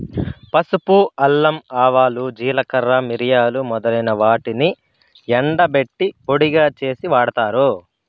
పసుపు, అల్లం, ఆవాలు, జీలకర్ర, మిరియాలు మొదలైన వాటిని ఎండబెట్టి పొడిగా చేసి వాడతారు